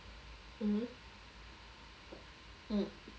mmhmm mm